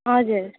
हजुर